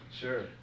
Sure